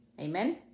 Amen